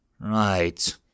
right